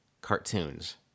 cartoons